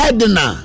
Edna